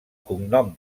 cognom